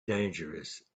dangerous